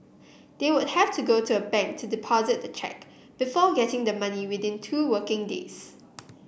they would have to go to a bank to the deposit the cheque before getting the money within two working days